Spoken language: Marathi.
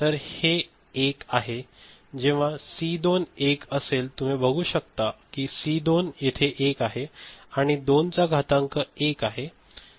तर हे 1 आहे जेव्हा सी 2 1 असेल तुम्ही बघू शकता की सी 2 येथे 1 आहे आणि 2 चा घातांक 1 आहे